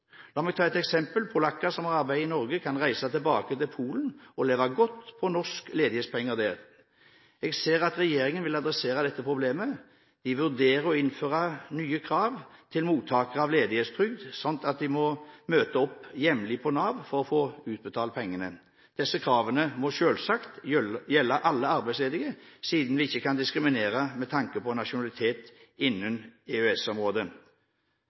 La meg ta et eksempel. Polakker som har arbeidet i Norge, kan reise tilbake til Polen og leve godt av norske ledighetspenger der. Jeg ser at regjeringen vil adressere dette problemet. Det vurderes å innføre nye krav til mottakere av ledighetstrygd, slik at de må møte opp jevnlig på Nav-kontoret for å få utbetalt pengene. Disse kravene må selvsagt gjelde alle arbeidsledige, siden vi ikke kan diskriminere med tanke på nasjonalitet